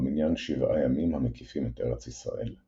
במניין שבעה ימים המקיפים את ארץ ישראל.